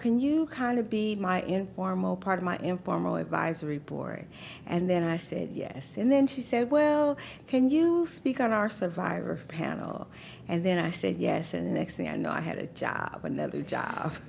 can you kind of be my informal part of my informal advisory board and then i said yes and then she said well can you speak on our survivor panel and then i said yes and the next thing i know i had a job another job